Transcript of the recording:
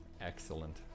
Excellent